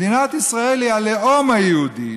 מדינת ישראל היא הלאום היהודי,